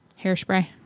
hairspray